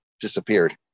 disappeared